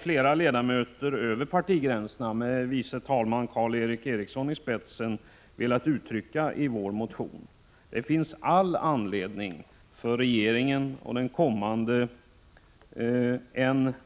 Flera ledamöter över partigränserna, med andre vice talmannen Karl Erik Eriksson i spetsen, har velat uttrycka detta i vår motion. Det finns all anledning för regeringen och den kommande,